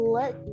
let